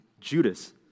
Judas